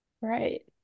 right